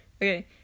Okay